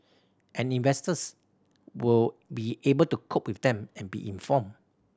and investors will be able to cope with them and be informed